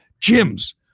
gyms